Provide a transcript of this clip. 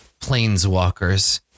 Planeswalkers